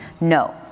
No